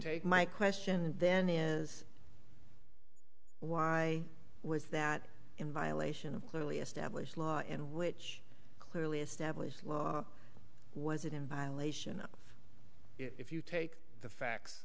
take my question then is why was that in violation of clearly established law and which clearly established was it in violation if you take the facts